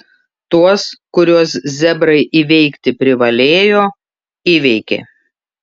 tuos kuriuos zebrai įveikti privalėjo įveikė